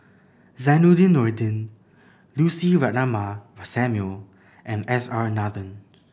Zainudin Nordin Lucy Ratnammah Samuel and S R Nathan